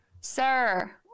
sir